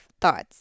thoughts